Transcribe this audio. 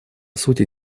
сути